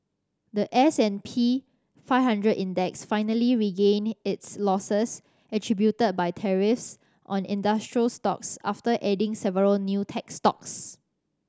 the S and P five hundred Index finally regained its losses attributed by tariffs on industrial stocks after adding several new tech stocks